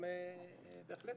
בהחלט,